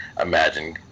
imagine